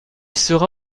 sera